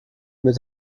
mit